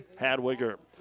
Hadwiger